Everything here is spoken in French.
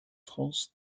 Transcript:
france